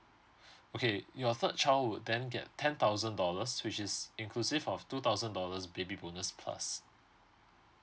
okay your third childhood will then get ten thousand dollars which is inclusive of two thousand dollars baby bonus plus